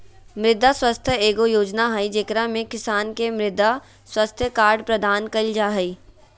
मृदा स्वास्थ्य एगो योजना हइ, जेकरा में किसान के मृदा स्वास्थ्य कार्ड प्रदान कइल जा हइ